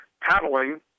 paddling